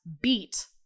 beat